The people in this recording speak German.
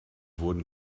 wurden